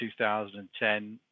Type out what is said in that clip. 2010